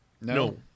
No